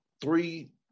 three